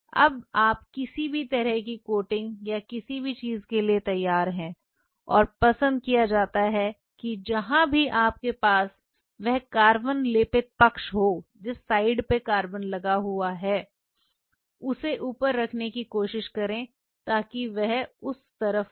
यह अब किसी भी तरह की कोटिंग या किसी भी चीज के लिए तैयार है और पसंद किया जाता है कि जहां भी आपके पास वह कार्बन लेपित पक्ष हो उसे उपर रखने की कोशिश करें ताकि वह उस तरफ हो